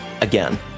Again